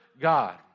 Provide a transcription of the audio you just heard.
God